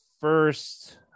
first